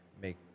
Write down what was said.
make